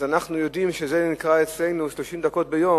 אז אנחנו יודעים שאצלנו שימוש של 30 דקות ביום